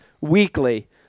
weekly